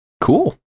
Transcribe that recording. Cool